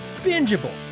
bingeable